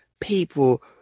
people